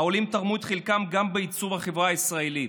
העולים תרמו את חלקם גם בעיצוב החברה הישראלית.